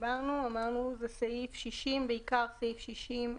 בעיקר סעיף 60(1),